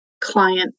client